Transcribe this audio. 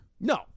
No